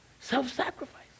Self-sacrifice